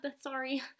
sorry